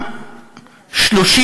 30